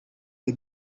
the